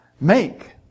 make